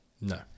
No